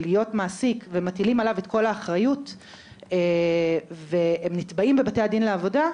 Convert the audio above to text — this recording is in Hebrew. להיות מעסיק ומטילים עליו את כל האחריות והם נתבעים בבתי הדין לעבודה,